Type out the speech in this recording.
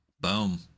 Boom